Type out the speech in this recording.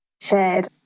shared